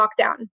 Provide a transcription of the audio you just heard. lockdown